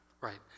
Right